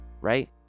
right